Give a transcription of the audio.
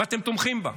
ואתם תומכים בה.